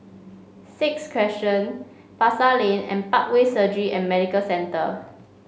Sixth Crescent Pasar Lane and Parkway Surgery and Medical Centre